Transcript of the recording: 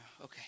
okay